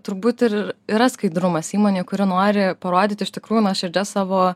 turbūt ir yra skaidrumas įmonė kuri nori parodyti iš tikrųjų nuoširdžias savo